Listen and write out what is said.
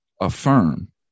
affirm